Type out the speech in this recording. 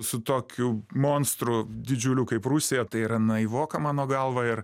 su tokiu monstru didžiuliu kaip rusija tai yra naivoka mano galva ir